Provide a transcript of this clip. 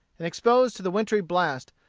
and exposed to the wintry blast,